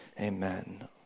Amen